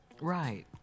Right